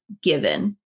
Given